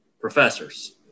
professors